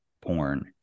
porn